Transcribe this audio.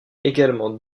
également